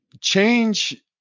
change